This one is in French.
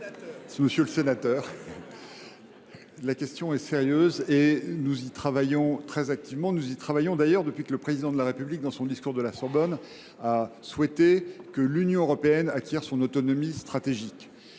Monsieur le sénateur Daubet, la question est sérieuse, et nous y travaillons très activement depuis que le Président de la République, dans son discours de la Sorbonne, a souhaité que l’Union européenne acquière son autonomie stratégique.